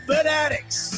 Fanatics